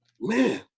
Man